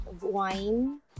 wine